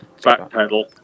backpedal